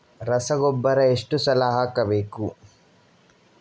ರಸಗೊಬ್ಬರ ಎಷ್ಟು ಸಲ ಹಾಕಬೇಕು?